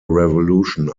revolution